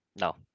no